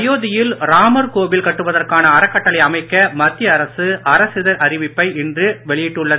அயோத்தியில் ராமர் கோவில் கட்டுவதற்கான அறக்கட்டளை அமைக்க மத்திய அரசு அரசிதழ் அறிவிப்பை இன்று வெளியிட்டுள்ளது